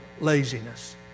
laziness